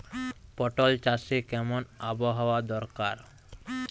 পটল চাষে কেমন আবহাওয়া দরকার?